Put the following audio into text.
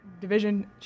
division